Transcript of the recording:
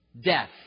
death